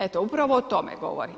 Eto, upravo o tome govorim.